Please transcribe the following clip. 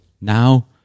Now